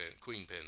queenpin